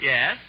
Yes